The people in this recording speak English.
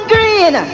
Green